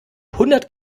hundert